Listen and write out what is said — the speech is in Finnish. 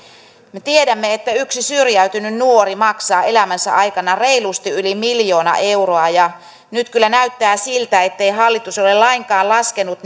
me tiedämme että yksi syrjäytynyt nuori maksaa elämänsä aikana reilusti yli miljoona euroa ja nyt kyllä näyttää siltä ettei hallitus ole lainkaan laskenut